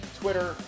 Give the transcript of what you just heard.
Twitter